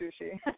sushi